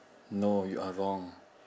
no you are wrong